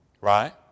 right